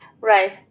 Right